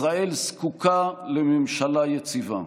ישראל זקוקה לממשלה יציבה.